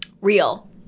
Real